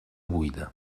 buida